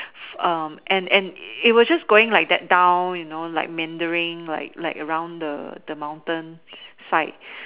um and and it was just going like that down you know meandering like like along the mountain side